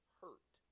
hurt